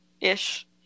Ish